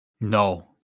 No